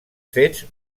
fets